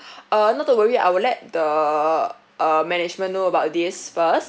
uh not to worry I will let the uh management know about this first